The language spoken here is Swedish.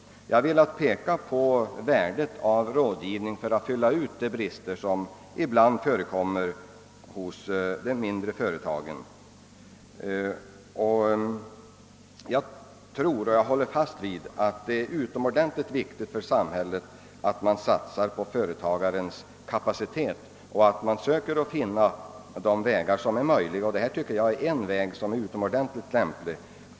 Jag har velat peka på värdet av rådgivning för att fylla ut de brister som ibland finns hos de mindre företagen. Jag håller fast vid att det är utomordentligt viktigt för samhället att satsa på företagarens kapacitet och försöka finna lämpliga vägar härför.